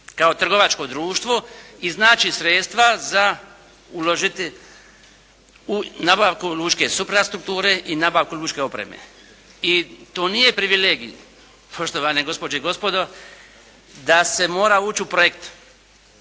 kao trgovačko društvo iznaći sredstva za uložiti u nabavku lučke suprastrukture i nabavku lučke opreme. I to nije privilegij, poštovane gospođe i gospodo da se mora ući u projekt